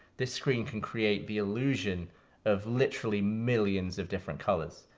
this screen can create the illusion of literally millions of different colors.